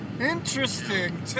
interesting